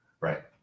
Right